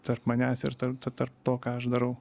tarp manęs ir tarp ta tarp to ką aš darau